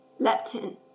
leptin